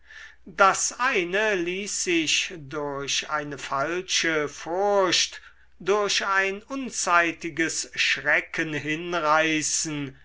das eine ließ sich durch eine falsche furcht durch ein unzeitiges schrecken hinreißen